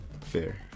Fair